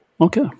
okay